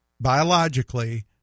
biologically